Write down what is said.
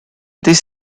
this